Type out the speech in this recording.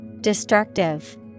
Destructive